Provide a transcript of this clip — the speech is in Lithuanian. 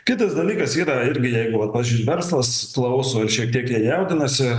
kitas dalykas yra irgi jeigu vat pavyzdžiui verslas klauso ir šiek tiek jie jaudinasi